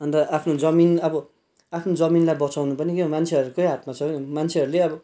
अन्त आफ्नो जमिन अब आफ्नो जमिनलाई बचाउनु पनि के हो मान्छेहरूकै हातमा छ मान्छेहरूले अब